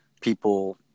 people